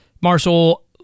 Marshall